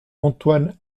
antoine